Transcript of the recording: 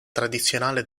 tradizionale